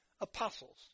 apostles